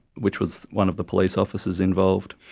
which was one of the police officers involved.